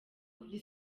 kuri